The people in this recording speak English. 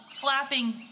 flapping